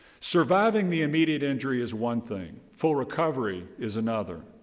surviving the immediate injury is one thing. full recovery is another.